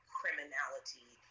criminality